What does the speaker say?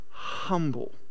humble